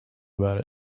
about